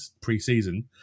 pre-season